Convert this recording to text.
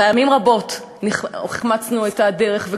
פעמים רבות החמצנו את הדרך,